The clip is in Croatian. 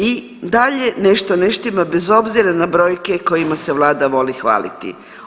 I dalje nešto ne štima bez obzira na brojke kojima se vlada voli hvaliti.